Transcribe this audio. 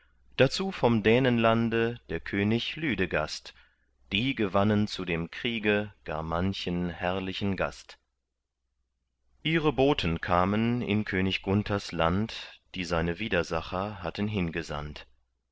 dazu vom dänenlande der könig lüdegast die gewannen zu dem kriege gar manchen herrlichen gast ihre boten kamen in könig gunthers land die seine widersacher hatten hingesandt